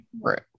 Right